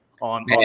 on –